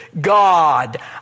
God